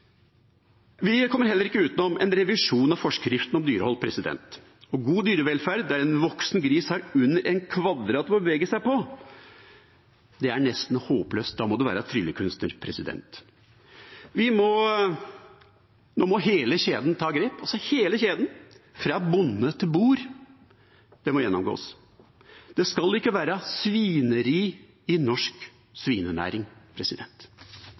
Vi kommer heller ikke utenom en revisjon av forskriftene om dyrehold. God dyrevelferd der en voksen gris har under én kvadratmeter å bevege seg på, er nesten håpløst, da må man være tryllekunstner. Nå må hele kjeden ta grep, og hele kjeden fra bonde til bord må gjennomgås. Det skal ikke være svineri i norsk svinenæring.